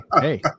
hey